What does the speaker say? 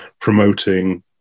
promoting